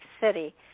City